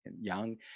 young